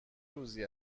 روزی